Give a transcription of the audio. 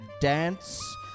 dance